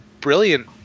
brilliant